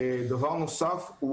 דבר נוסף,